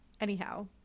Anyhow